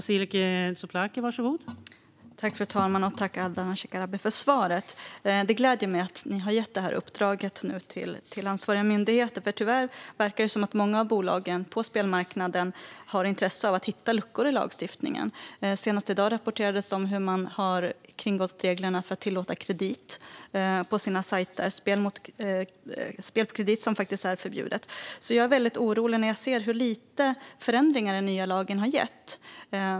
Fru talman! Tack, Ardalan Shekarabi, för svaret! Det gläder mig att ni har gett detta uppdrag till ansvariga myndigheter. Tyvärr verkar det som om många av bolagen på spelmarknaden har intresse av att hitta luckor i lagstiftningen. Senast i dag rapporterades om hur bolag har kringgått reglerna för att tillåta kredit på sina sajter - spel på kredit är förbjudet. Jag blir väldigt orolig när jag ser hur lite förändring den nya lagen har gett.